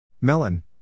Melon